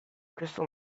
crystal